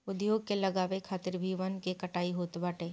उद्योग के लगावे खातिर भी वन के कटाई होत बाटे